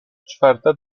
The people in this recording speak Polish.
czwarta